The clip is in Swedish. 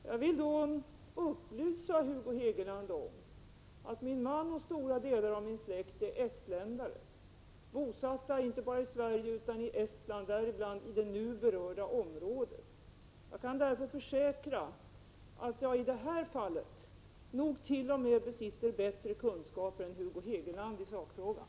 Jag vill upplysa Hugo Hegeland om att min man och stora delar av min släkt är estländare bosatta inte bara i Sverige utan även i Estland, bl.a. i det nu berörda området. Jag kan därför försäkra att jag i det här fallet nog besitter bättre kunskaper än t.o.m. Hugo Hegeland i sakfrågan.